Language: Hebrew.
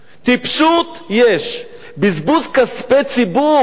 טיפשות יש, בזבוז כספי ציבור.